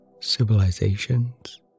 civilizations